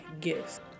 gifts